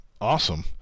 Awesome